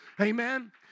Amen